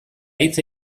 hitz